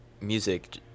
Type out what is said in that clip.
music